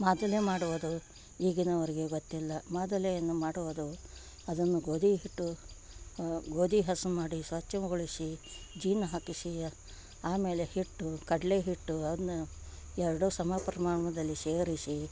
ಮಾದುಲಿ ಮಾಡುವುದು ಈಗಿನವರಿಗೆ ಗೊತ್ತಿಲ್ಲ ಮಾದುಲಿಯನ್ನು ಮಾಡುವುದು ಅದನ್ನು ಗೋಧಿಹಿಟ್ಟು ಗೋಧಿ ಹಸನು ಮಾಡಿ ಸ್ವಚ್ಛಗೊಳಿಶಿ ಹಾಕಿಸಿ ಆಮೇಲೆ ಹಿಟ್ಟು ಕಡಲೆಹಿಟ್ಟು ಅದನ್ನ ಎರಡೂ ಸಮ ಪ್ರಮಾಣದಲ್ಲಿ ಶೇರಿಸಿ